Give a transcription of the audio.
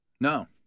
No